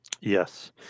Yes